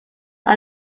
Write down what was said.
are